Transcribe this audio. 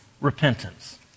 repentance